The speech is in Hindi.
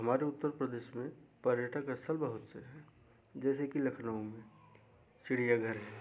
हमारे उत्तर प्रदेश में पर्यटक स्थल बहुत से हैं जैसे के लखनऊ में चिड़ियाघर है